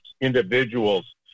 individuals